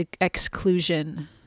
exclusion